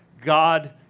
God